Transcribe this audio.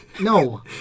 No